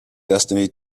destiny